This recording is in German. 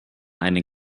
einen